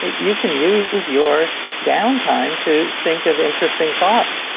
you can use your downtime to think of interesting thoughts.